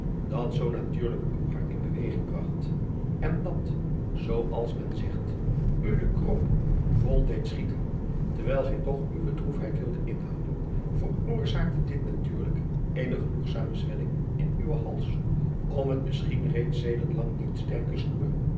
dat zoo natuurlijk uw hart in beweging bragt en dat zoo als men zegt u den krop vol deed schieten terwijl gij toch uwe droefheid wilde inhouden veroorzaakte dit natuurlijk eene genoegzame zwelling in uwen hals om het misschien reeds sedert lang niet sterke snoer